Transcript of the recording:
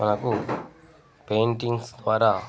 మనకు పెయింటింగ్స్ ద్వారా